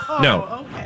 no